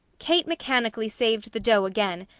kate mechanically saved the dough again,